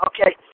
okay